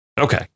okay